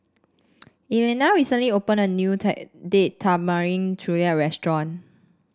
Elliana recently opened a new Date Tamarind Chutney Restaurant